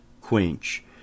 quench